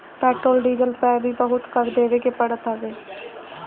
petrol diesel पअ भी बहुते कर देवे के पड़त हवे